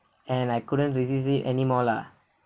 and I couldn't resist it anymore lah